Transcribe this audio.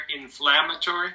inflammatory